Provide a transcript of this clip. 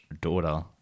daughter